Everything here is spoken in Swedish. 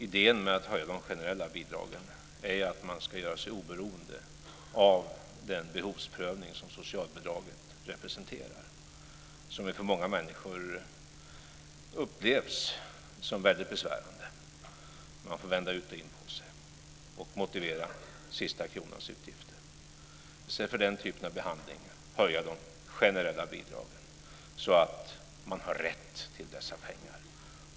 Idén med att höja de generella bidragen är att man ska göra sig oberoende av den behovsprövning som socialbidraget representerar och som av många människor upplevs som väldigt besvärande. Man får vända ut och in på sig och motivera sina utgifter upp till den sista kronan. I stället för att ha den typen av behandling kan vi höja de generella bidragen, så att man har rätt till dessa pengar.